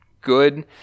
good